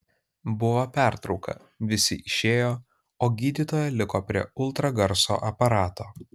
buvo pertrauka visi išėjo o gydytoja liko prie ultragarso aparato